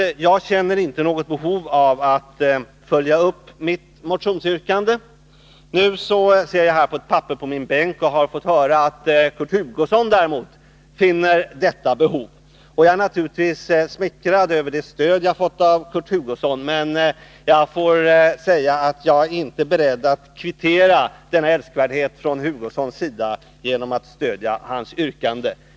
Därför känner jag inte något behov av att följa upp mitt motionsyrkande. Jag har fått ett papper på min bänk. Av detta framgår att Kurt Hugosson däremot har ett behov av att följa upp mitt yrkande. Naturligtvis är jag smickrad över det stöd jag får av honom. Tyvärr måste jag säga att jag inte är beredd att kvittera den älskvärdhet som visats från Kurt Hugossons sida genom att stödja hans yrkande.